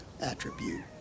attribute